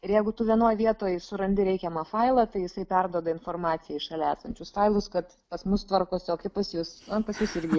ir jeigu tu vienoj vietoj surandi reikiamą failą tai jisai perduoda informaciją į šalia esančius failus kad pas mus tvarkosi o kaip pas jus pas jus irgi